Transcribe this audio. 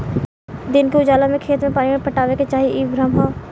दिन के उजाला में खेत में पानी पटावे के चाही इ भ्रम ह